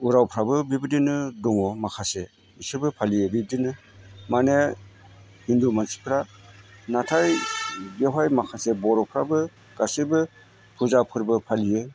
उरावफ्राबो बेबायदिनो दङ माखासे बिसोरबो फालियो बिदिनो माने हिन्दु मानसिफ्रा नाथाय बेवहाय माखासे बर'फ्राबो गासैबो फुजा फोरबो फालियो